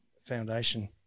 foundation